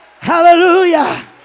Hallelujah